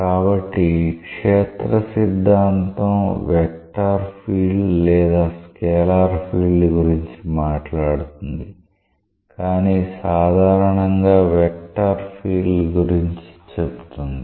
కాబట్టి క్షేత్ర సిద్ధాంతం వెక్టర్ ఫీల్డ్ లేదా స్కేలార్ ఫీల్డ్ గురించి మాట్లాడుతుంది కానీ సాధారణంగా వెక్టర్ ఫీల్డ్ గురించి చెప్తుంది